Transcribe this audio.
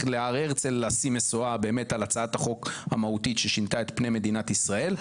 להר הרצל להשיא משואה על הצעת החוק המהותית ששינתה את פני מדינת ישראל,